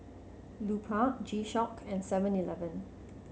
Lupark G Shock and Seven Eleven